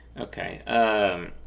Okay